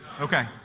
Okay